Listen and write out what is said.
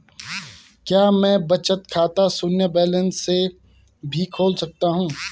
क्या मैं बचत खाता शून्य बैलेंस से भी खोल सकता हूँ?